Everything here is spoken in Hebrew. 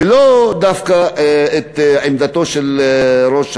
ולאו דווקא עמדתו של ראש העיר,